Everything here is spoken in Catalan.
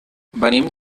venim